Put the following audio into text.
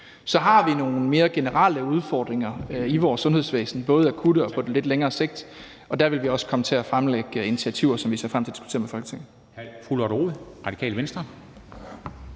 Så har vi nogle mere generelle udfordringer i vores sundhedsvæsen, både akutte og på lidt længere sigt, og der vil vi også komme til at fremlægge initiativer, som vi ser frem til at diskutere med Folketinget.